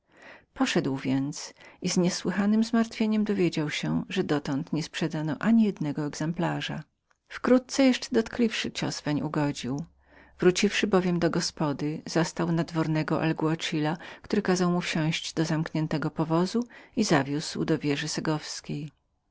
poszedł więc i z niesłychanem zmartwieniem dowiedział się że dotąd nie przedano ani jednego exemplarza wkrótce jeszcze dotkliwszy cios ugodził weń wróciwszy bowiem do gospody zastał nadwornego alguazila który kazał mu wsiąść do zamkniętego powozu i zawiózł do